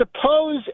suppose